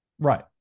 Right